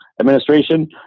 administration